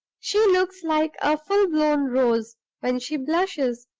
she looks like a full-blown rose when she blushes,